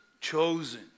chosen